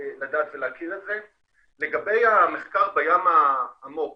לגבי המחקר בים העמוק